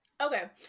okay